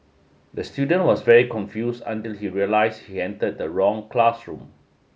the student was very confused until he realised he entered the wrong classroom